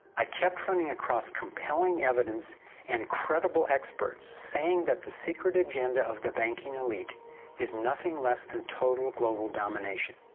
i kept running across compelling evidence and credible experts saying that the secret agenda of the banking elite is nothing less than total global domination.